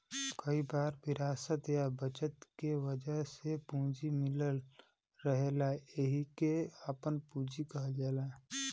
कई बार विरासत या बचत के वजह से पूंजी मिलल रहेला एहिके आपन पूंजी कहल जाला